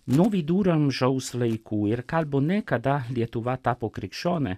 nuo viduramžiaus laikų ir kalbu ne kada lietuva tapo krikščione